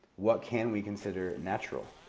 what can we consider natural?